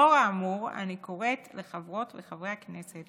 לאור האמור, אני קוראת לחברות וחברי הכנסת